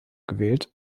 gewählt